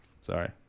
Sorry